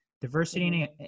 Diversity